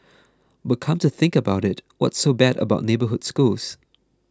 but come to think about it what's so bad about neighbourhood schools